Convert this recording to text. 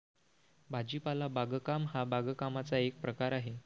भाजीपाला बागकाम हा बागकामाचा एक प्रकार आहे